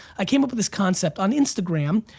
i came up with this concept. on instagram,